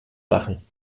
machen